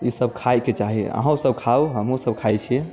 ई सब खाइके चाही अहूँ सब खाउ हमहुँ सब खाइ छी